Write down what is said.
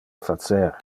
facer